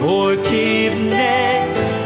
Forgiveness